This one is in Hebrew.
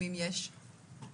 כי פשוט לא ראו את האופק בשום צורה.